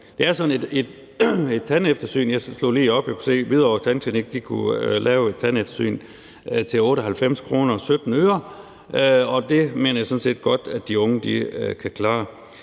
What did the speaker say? prisen på et tandeftersyn slog jeg det lige op, og jeg kunne se, at Hvidovre Tandklinik kunne lave et tandeftersyn til 98 kr. og 17 øre, og det mener jeg sådan set godt de unge kan klare.